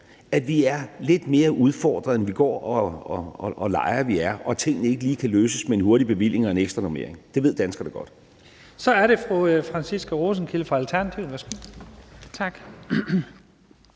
at vi er lidt mere udfordrede, end vi går og leger, at vi er, og at tingene ikke lige kan løses med en hurtig bevilling og en ekstra normering. Det ved danskerne godt. Kl. 14:33 Første næstformand (Leif Lahn